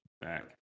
back